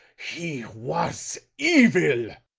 he was evil!